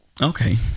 Okay